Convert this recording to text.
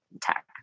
tech